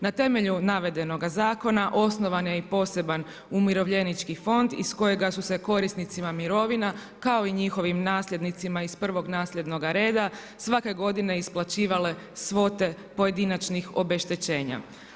Na temelju navedenoga Zakona osnovan je i poseban Umirovljenički fond iz kojega su se korisnicima mirovina kao i njihovim nasljednicima iz prvog nasljednoga reda svake godine isplaćivale svote pojedinačnih obeštećenja.